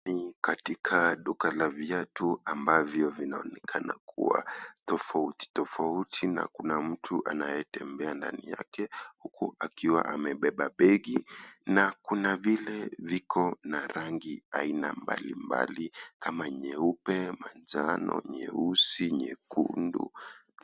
Ni katika duka la viatu ambavyo vinaonekana kuwa tofauti tofauti na kuna mtu anayetembea ndani yake huku amebeba begi na kuna vile ambavyo viko na rangi aina mbalimbali kama nyeupe , manjano, nyeusi ,nyekundu.